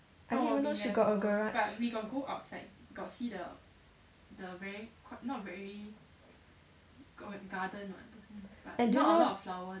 I didn't even know she got a garage